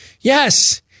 Yes